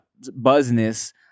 buzzness